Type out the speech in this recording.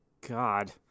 God